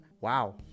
Wow